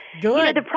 Good